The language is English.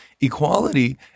Equality